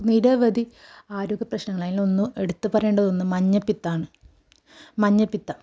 നിരവധി ആരോഗ്യപ്രശ്നനങ്ങൾ അതിലൊന്ന് എടുത്തു പറയേണ്ട ഒന്ന് മഞ്ഞപ്പിത്തമാണ് മഞ്ഞപ്പിത്തം